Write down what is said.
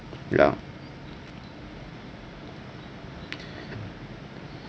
ya